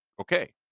okay